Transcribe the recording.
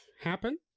happen